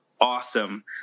awesome